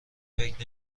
فکر